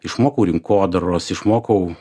išmokau rinkodaros išmokau